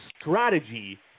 strategy